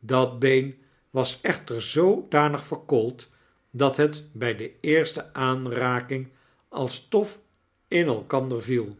dat been was echter zoodpig verkoold dat het by de eerste aanraking als stof in elkander viel